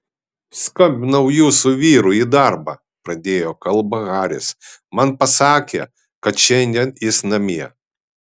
skambinau jūsų vyrui į darbą pradėjo kalbą haris man pasakė kad šiandien jis namie